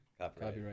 copyright